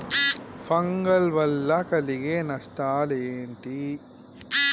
Fungal వల్ల కలిగే నష్టలేంటి?